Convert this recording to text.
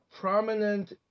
prominent